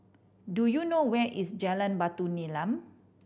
do you know where is Jalan Batu Nilam